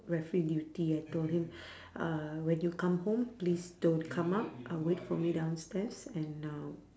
referee duty I told him uh when you come home please don't come up uh wait for me downstairs and uh